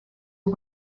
who